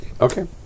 Okay